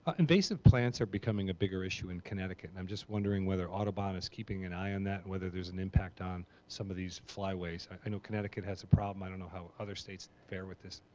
invasive plants are becoming a bigger issue in connecticut, and i'm just wondering whether audubon is keeping an eye on that and whether there's an impact on some of these flyways. i know connecticut has a problem. i don't know how other states fare with this.